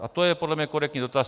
A to je podle mě korektní dotaz.